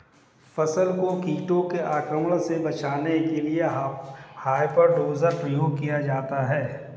फसल को कीटों के आक्रमण से बचाने के लिए हॉपर डोजर का प्रयोग किया जाता है